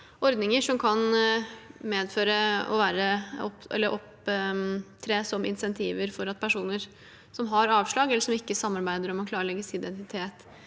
ordninger som kan opptre som insentiver for at personer som har fått avslag, eller som ikke samarbeider om å klarlegge sin identitet,